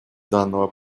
данного